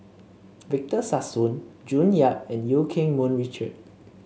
Victor Sassoon June Yap and Eu Keng Mun Richard